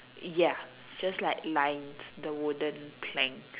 ya just like lines the wooden plank